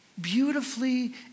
beautifully